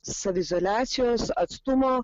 saviizoliacijos atstumo